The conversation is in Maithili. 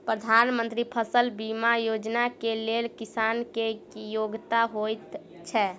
प्रधानमंत्री फसल बीमा योजना केँ लेल किसान केँ की योग्यता होइत छै?